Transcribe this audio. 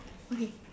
okay